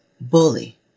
bully